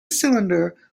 cylinder